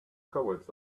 cowards